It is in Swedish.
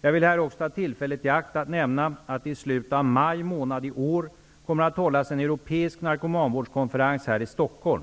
Jag vill här också ta tillfället i akt att det i slutet av maj månad i år kommer att hållas en europeisk narkomanvårdskonferens här i Stockholm.